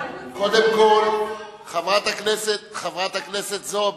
חברת הכנסת זועבי,